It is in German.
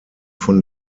von